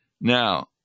Now